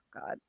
God